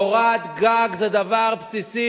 קורת גג זה דבר בסיסי,